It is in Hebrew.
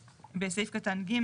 בסעיף קטן (ג)